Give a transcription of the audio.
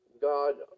God